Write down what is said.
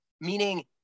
meaning